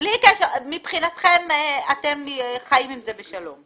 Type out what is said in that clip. מבחינתכם אתם חיים עם זה בשלום.